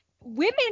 women